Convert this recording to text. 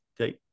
Okay